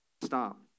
Stop